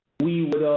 we would